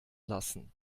lassen